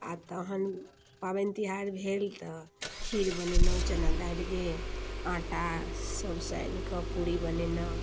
आओर तहन पाबनि तिहार भेल तऽ खीर बनेलहुँ चना दालिके आटा सब सानिकऽ पूरी बनेलहुँ